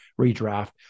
redraft